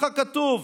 ככה כתוב,